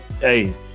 hey